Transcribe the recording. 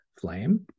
Flame